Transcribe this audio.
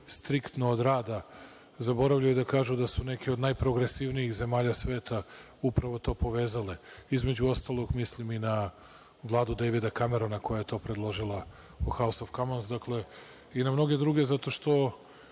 striktno od rada, zaboravljaju da kažu da su neke od najprogresivnijih zemalja sveta upravo to povezale. Između ostalog mislim i na Vladu Dejvida Kamerona koja je to predložila, i na mnoge druge zato što